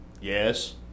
Yes